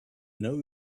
know